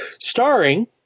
starring